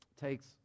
takes